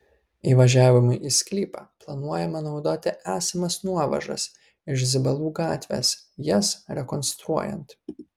įvažiavimui į sklypą planuojama naudoti esamas nuovažas iš zibalų gatvės jas rekonstruojant